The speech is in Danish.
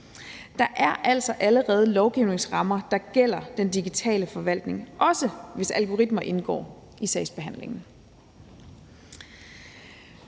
Der er altså allerede lovgivningsrammer, der gælder den digitale forvaltning, også hvis algoritmer indgår i sagsbehandlingen.